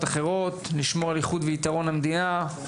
אחרות ולשמור על איכות ויתרון המדינה,